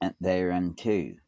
thereunto